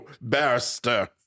barrister